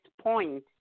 point